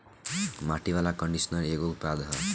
माटी वाला कंडीशनर एगो उत्पाद ह